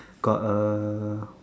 got uh